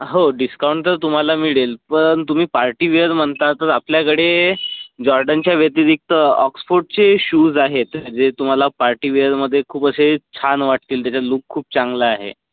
हो डिस्काउंट तर तुम्हाला मिळेल पण तुम्ही पार्टीवेअर म्हणता तर आपल्याकडे जॉर्डनच्या व्यतिरिक्त ऑक्सफोर्डचे शूज आहेत जे तुम्हाला पार्टीवेअरमध्ये खूप असे छान वाटतील त्याचा लूक खूप चांगला आहे